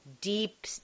deep